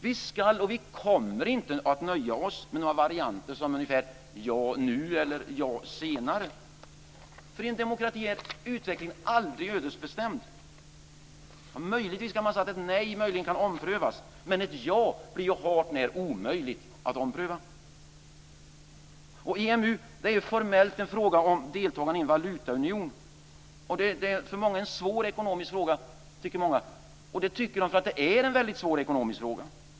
Vi ska inte - och kommer inte att - nöja oss med varianter som "ja, nu" I en demokrati är utvecklingen aldrig ödesbestämd. Möjligen kan ett nej omprövas, men ett ja blir hart när omöjligt att ompröva. EMU är formellt en fråga om deltagande i en valutaunion. Det är för många en svår ekonomisk fråga. Det är en svår ekonomisk fråga.